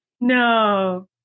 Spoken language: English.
No